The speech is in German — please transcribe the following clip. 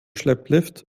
schlepplift